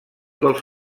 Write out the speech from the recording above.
dels